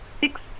six